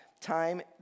time